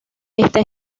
está